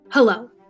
Hello